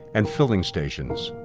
and filling stations.